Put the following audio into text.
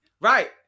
Right